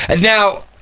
Now